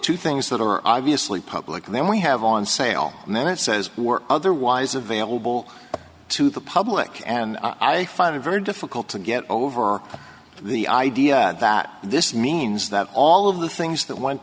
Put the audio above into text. two things that are obviously public and then we have on sale and then it says we're otherwise available to the public and i find it very difficult to get over the idea that this means that all of the things that went